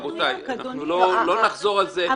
רבותיי, לא נחזור על זה.